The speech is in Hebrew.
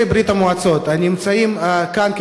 את יוצאי ברית-המועצות הנמצאים כאן,